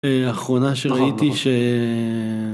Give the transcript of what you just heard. האחרונה שראיתי ש...